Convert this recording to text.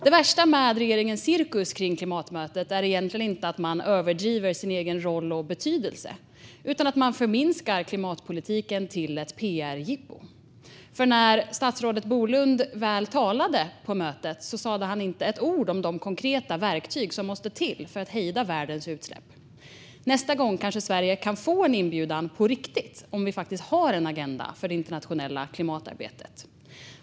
Det värsta med regeringens cirkus kring klimatmötet är egentligen inte att man överdriver sin egen roll och betydelse utan att man förminskar klimatpolitiken till ett pr-jippo. För när statsrådet Bolund väl talade på mötet sa han inte ett ord om de konkreta verktyg som måste till för att hejda världens utsläpp. Nästa gång kanske Sverige kan få en inbjudan på riktigt om vi faktiskt har en agenda för det internationella klimatarbetet.